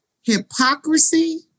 hypocrisy